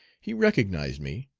he recognized me,